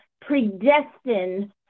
predestined